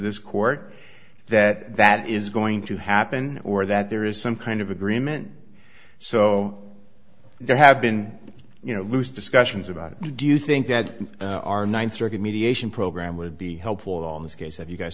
this court that that is going to happen or that there is some kind of agreement so there have been you know loose discussions about do you think that our ninth circuit mediation program would be helpful in this case if you guys